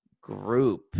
group